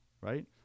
right